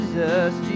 Jesus